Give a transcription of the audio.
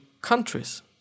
countries